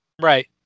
Right